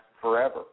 forever